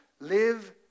Live